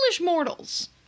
mortals